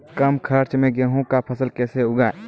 कम खर्च मे गेहूँ का फसल कैसे उगाएं?